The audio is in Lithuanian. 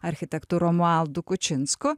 architektu romualdu kučinsku